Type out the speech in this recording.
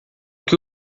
que